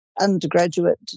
undergraduate